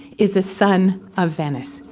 is a son of venice.